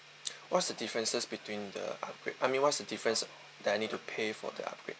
what's the differences between the upgrade I mean what's the difference that I need to pay for the upgrade